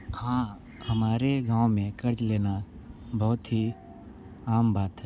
हाँ हमारे गांव में कर्ज़ लेना बहुत ही आम बात है